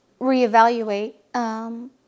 reevaluate